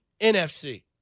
NFC